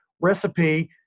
recipe